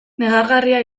negargarria